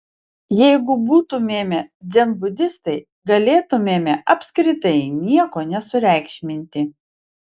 jeigu būtumėme dzenbudistai galėtumėme apskritai nieko nesureikšminti